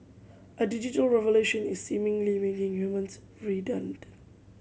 a digital revolution is seemingly making humans